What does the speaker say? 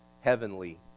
heavenly